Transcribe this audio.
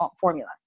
formula